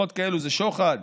שיחות כאלה זה שוחד.